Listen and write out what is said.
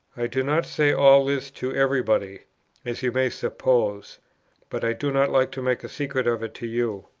i do not say all this to every body, as you may suppose but i do not like to make a secret of it to you.